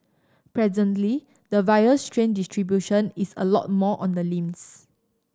presently the virus strain distribution is a lot more on the limbs